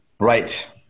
Right